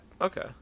Okay